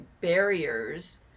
barriers